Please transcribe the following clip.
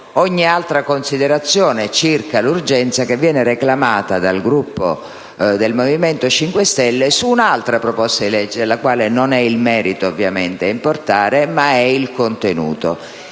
ogni altra considerazione circa l'urgenza che viene reclamata dal Movimento 5 Stelle su un'altra proposta di legge, della quale non è il merito ovviamente ad importare, ma il contenuto.